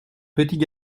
petits